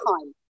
time